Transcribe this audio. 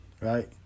right